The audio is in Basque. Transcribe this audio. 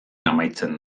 amaitzen